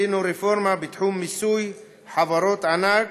עשינו רפורמה בתחום מיסוי חברות הענק,